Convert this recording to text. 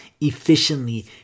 efficiently